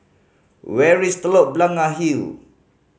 where is Telok Blangah Hill